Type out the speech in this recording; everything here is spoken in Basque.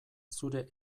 zure